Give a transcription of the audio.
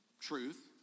truth